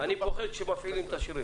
אני פוחד כשמפעילים את השריר.